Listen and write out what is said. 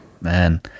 Man